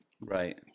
Right